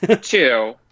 Two